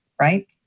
right